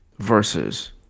Versus